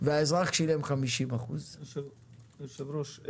והאזרח שילם 50%. היושב-ראש,